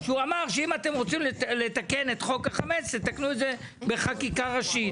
שאמר שאם אנחנו רוצים לתקן את חוק החמץ נתקן אותו בחקיקה ראשית.